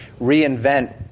reinvent